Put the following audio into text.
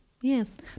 Yes